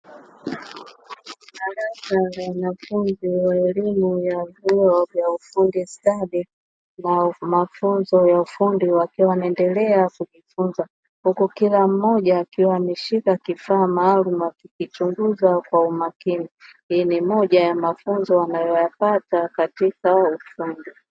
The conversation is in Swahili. Darasa la wanafunzi wa elimu ya vyuo vya ufundi stadi na mafunzo ya ufundi, wakiwa wanaendelea kujifunza huku kila mmoja akiwa ameshika kifaa maalumu akikichunguza kwa umakini, hii ni moja ya mafunzo wanayoyapata katika ufundi.